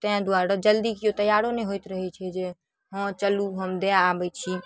तेँ दुआरे जल्दी केओ तैआरो नहि होइत रहै छै जे हँ चलू हम दऽ आबै छी